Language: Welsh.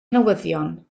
newyddion